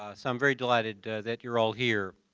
ah so i'm very delighted that you're all here.